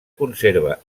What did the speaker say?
conserva